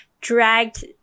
dragged